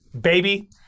baby